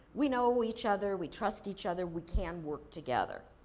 we know each other, we trust each other, we can work together.